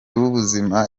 w’ubuzima